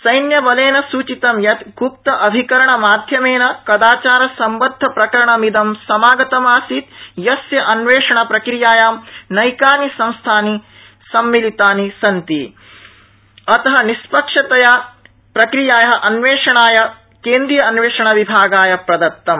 सैन्यबलेन सूचितं यत् ग़प्त अभिकरणमाध्यमेन कदाचारसम्बद्धप्रकरणमिदं समागतमासीत् यस्य अन्वेषणप्रक्रियायां नैकानि संस्थानि सम्मिलितानि सन्ति अत निष्पक्षतया प्रक्रियाया अन्वेषणाय केन्द्रिय अन्वेषणविभागाय प्रदत्तम्